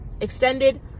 extended